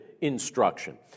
instruction